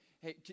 hey